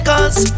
Cause